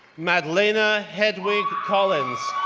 madelena hedwig collins,